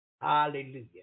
Hallelujah